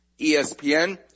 ESPN